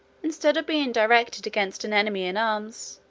instead of being directed against an enemy in arms,